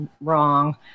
wrong